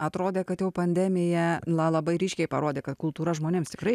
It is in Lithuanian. atrodė kad jau pandemija labai ryškiai parodė kad kultūros žmonėms tikrai